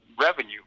revenue